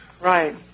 Right